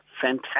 fantastic